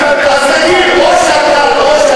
אז תגיד לי: או שאתה,